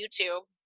YouTube